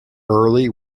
early